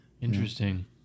Interesting